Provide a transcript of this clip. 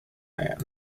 ann